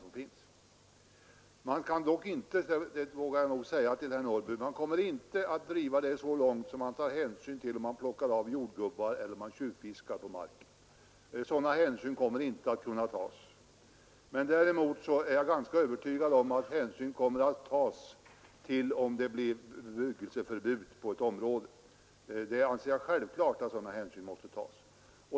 Jag vågar nog emellertid säga till herr Norrby i Åkersberga att man inte kommer att driva det så långt att man tar hänsyn till att jordgubbar plockas bort av obehöriga eller att tjuvfiske förekommer på egendomen. Sådana hänsyn kommer inte att kunna tas. Däremot är jag ganska övertygad om att hänsyn kommer att tas till det förhållandet att ett bebyggelseförbud införts inom ett område. Jag anser det självklart att sådan hänsyn måste tas.